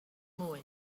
mwy